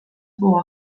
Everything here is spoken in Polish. było